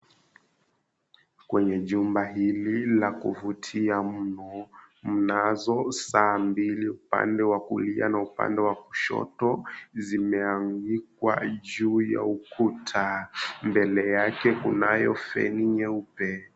Kwenye jumba hili la kuvutia mno, mnazo saa mbili upande wa kulia na upande wa kushoto zimeanikwa juu ya kuta mbele yake kunayo feni nyeupe.